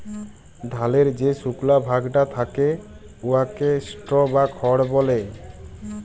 ধালের যে সুকলা ভাগটা থ্যাকে উয়াকে স্ট্র বা খড় ব্যলে